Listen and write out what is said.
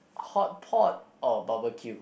hotpot or barbecue